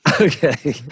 Okay